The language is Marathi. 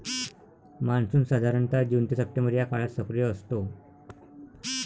मान्सून साधारणतः जून ते सप्टेंबर या काळात सक्रिय असतो